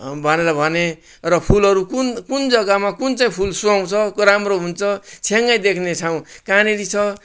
भनेर भनेँ र फुलहरू कुन कुन जग्गामा कुन चाहिँ फुल सुहाउँछ राम्रो हुन्छ छ्याङ्गै देख्ने ठाउँ कहाँनिर छ